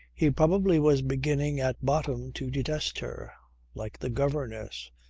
he probably was beginning at bottom to detest her like the governess,